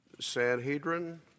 Sanhedrin